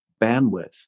bandwidth